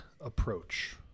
approach